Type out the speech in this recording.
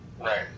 Right